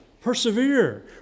persevere